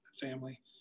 family